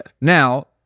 Now